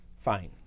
fine